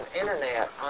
internet